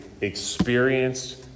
experienced